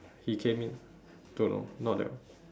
he came in don't know not that one